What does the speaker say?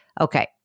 Okay